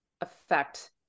affect